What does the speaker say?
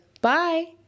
bye